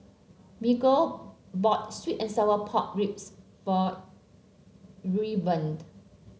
Miguel bought sweet and Sour Pork Ribs for Irvine